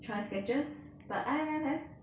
try skechers but I_M_M have